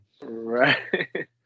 Right